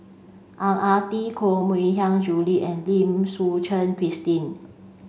Ang Ah Tee Koh Mui Hiang Julie and Lim Suchen Christine